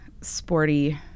sporty